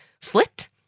slit